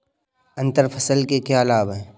अंतर फसल के क्या लाभ हैं?